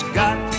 got